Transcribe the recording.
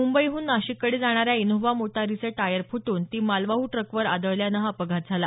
मुंबईहून नाशिककडे जाणाऱ्या इनोव्हा मोटारीचे टायर फुटुन ती मालवाहु ट्रकवर आदळल्यान हा अपघात झाला